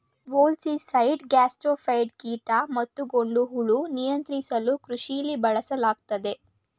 molluscicide gastropod ಕೀಟ ಮತ್ತುಗೊಂಡೆಹುಳು ನಿಯಂತ್ರಿಸಲುಕೃಷಿಲಿ ಬಳಸಲಾಗ್ತದೆ